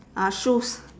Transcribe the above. ah shoes